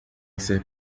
ser